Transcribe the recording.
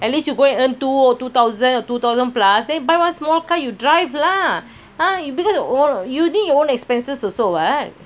at least you go and earn two two thousand two thousand plus then you buy one small car you drive lah ah you using own expenses also what